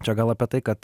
čia gal apie tai kad